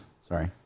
Sorry